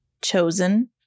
chosen